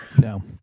no